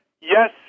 yes